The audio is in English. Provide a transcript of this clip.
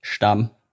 Stamm